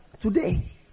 today